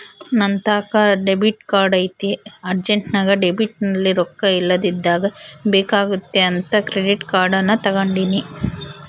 ನಂತಾಕ debit card ಐತೆ ಅರ್ಜೆಂಟ್ನಾಗ ಡೆಬಿಟ್ನಲ್ಲಿ ರೊಕ್ಕ ಇಲ್ಲದಿದ್ದಾಗ ಬೇಕಾಗುತ್ತೆ ಅಂತ ಕ್ರೆಡಿಟ್ ಕಾರ್ಡನ್ನ ತಗಂಡಿನಿ